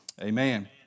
Amen